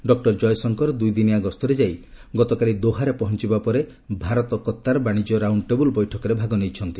doctor Jaishankar ଦୁଇଦିନିଆ ଗସ୍ତରେ ଯାଇ ଗତକାଲି ଦୋହାରେ ପହଞ୍ଚିବା ପରେ ଭାରତ କତ୍ତାର ବାଣିଜ୍ୟ ରାଉଣ୍ଡ ଟେବୁଲ ବୈଠକରେ ଭାଗ ନେଇଛନ୍ତି